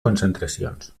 concentracions